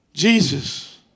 Jesus